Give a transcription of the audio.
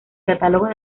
catálogos